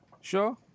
Sure